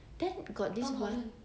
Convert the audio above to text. tom holland